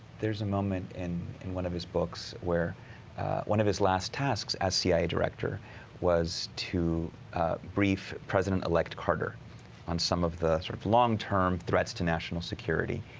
there's a moment in in one of his books where one of his last tasks as ci director was to brief president elect carter on some of the sort of long-term threats to national security.